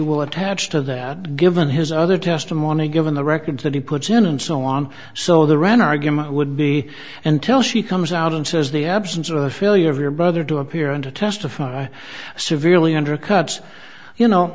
will attach to that given his other testimony given the record that he puts in and so on so the run argument would be until she comes out and says the absence of a failure of your brother to appear and to testify severely undercuts you know